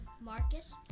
Marcus